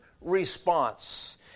response